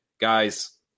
guys